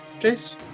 Jace